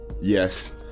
Yes